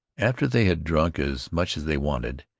after they had drunk as much as they wanted,